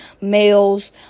males